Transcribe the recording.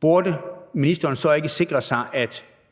burde ministeren så ikke sikre sig, at